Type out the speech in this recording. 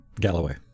Galloway